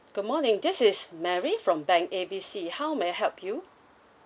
good morning this is mary from bank A B C how may I help you